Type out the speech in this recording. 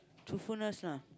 truthfulness lah